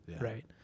right